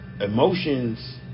Emotions